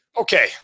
Okay